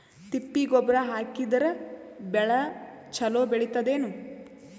ತಿಪ್ಪಿ ಗೊಬ್ಬರ ಹಾಕಿದರ ಬೆಳ ಚಲೋ ಬೆಳಿತದೇನು?